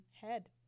head